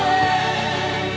and